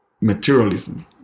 materialism